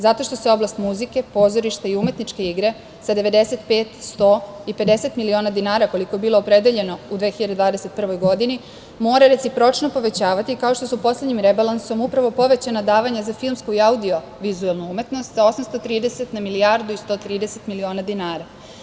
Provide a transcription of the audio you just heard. Zato što se oblast muzike, pozorišta i umetničke igre sa 95, 100 i 50 miliona dinara, koliko je bilo opredeljeno u 2021. godini, mora recipročno povećavati, kao što su poslednjim rebalansom upravo povećana davanja za filmsku i audio-vizuelnu umetnost sa 830 na milijardu i 130 miliona dinara.